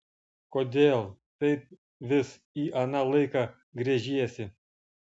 kodėl taip vis į aną laiką gręžiesi